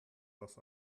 das